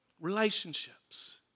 Relationships